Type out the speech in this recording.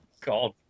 god